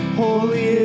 holy